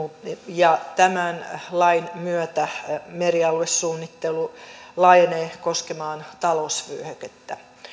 ja tämän lain myötä merialuesuunnittelu laajenee koskemaan talousvyöhykettä